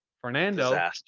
Fernando